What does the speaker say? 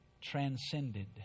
transcended